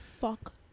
fuck